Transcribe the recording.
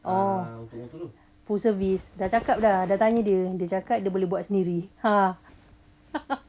oh full service dah cakap dah dah tanya dia dia cakap boleh buat sendiri !huh!